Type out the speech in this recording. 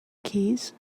keys